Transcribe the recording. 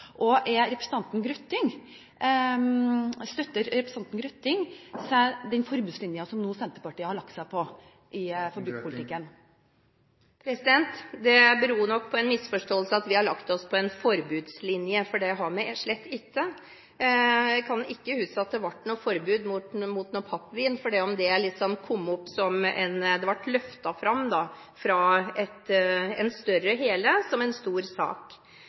valgfrihet. Støtter representanten Grøtting den forbudslinjen som Senterpartiet nå har lagt seg på i politikken? Det beror nok på en misforståelse at vi har lagt oss på en forbudslinje, for det har vi slett ikke. Jeg kan ikke huske at det ble noe forbud mot pappvin fordi om det ble løftet fram fra et større hele som en stor sak.